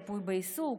ריפוי בעיסוק,